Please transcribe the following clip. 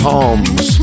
Palms